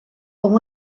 como